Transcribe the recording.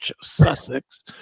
Sussex